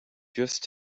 just